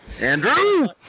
Andrew